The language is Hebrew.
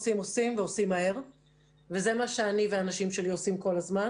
עושים ועושים מהר וזה מה שאני והאנשים שלי עושים כל הזמן